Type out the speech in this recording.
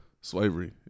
Slavery